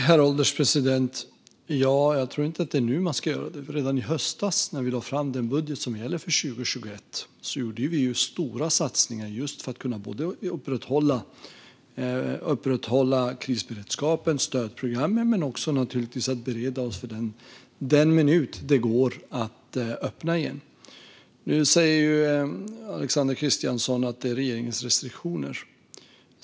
Herr ålderspresident! Jag tror inte att det är nu man ska göra det. Redan i höstas när vi lade fram den budget som gäller för 2021 gjorde vi stora satsningar just för att kunna upprätthålla krisberedskapen och stödprogrammen men också naturligtvis för att förbereda oss för den minut det går att öppna igen. Nu säger Alexander Christiansson att det beror på regeringens restriktioner.